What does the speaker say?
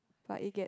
but it get